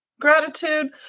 gratitude